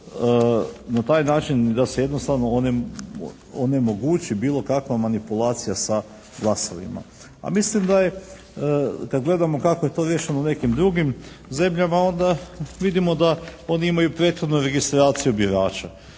na taj način i da se jednostavno onemogući bilo kakva manipulacija sa glasovima. A mislim da je kad gledamo kako je to riješeno u nekim drugim zemljama onda vidimo da oni imaju prethodnu registraciju birača.